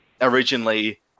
originally